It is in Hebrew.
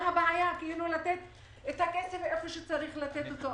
אז מה הבעיה לתת את הכסף איפה שצריך לתת אותו?